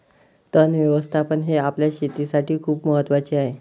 तण व्यवस्थापन हे आपल्या शेतीसाठी खूप महत्वाचे आहे